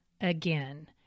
again